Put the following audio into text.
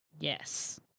Yes